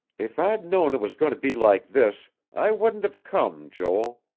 if i'd known it was going to be like this, i wouldn't have come, joel.